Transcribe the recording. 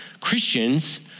Christians